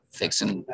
fixing